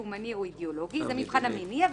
לאומני או אידיאולוגי"; זה מבחן המניע.